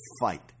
fight